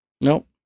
Nope